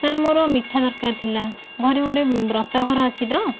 sir ମୋର ମିଠା ଦରକାର ଥିଲା ଘରେ ଗୋଟେ ବ୍ରତ ଘର ଅଛି ତ